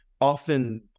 often